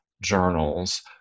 journals